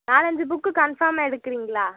நாலஞ்சு புக்கு கன்ஃபாமாக எடுக்குறீங்களா